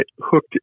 hooked